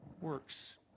works